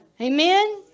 Amen